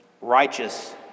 righteous